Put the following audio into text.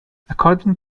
according